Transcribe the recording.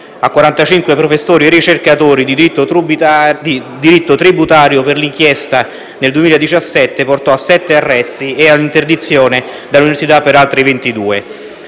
a 45 professori e ricercatori di diritto tributario per l'inchiesta che nel 2017 portò a sette arresti e all'interdizione dalle università per altre 22